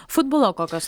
futbolo kokios